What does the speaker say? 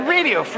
Radio